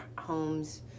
homes